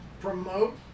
promote